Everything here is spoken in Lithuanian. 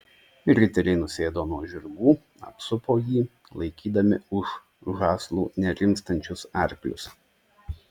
riteriai nusėdo nuo žirgų apsupo jį laikydami už žąslų nerimstančius arklius